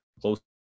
close